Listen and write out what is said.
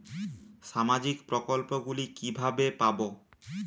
সামাজিক প্রকল্প গুলি কিভাবে পাব?